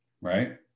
Right